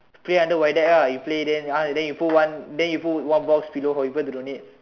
play under void deck ah you play then uh then you put one then you put one box below for people to donate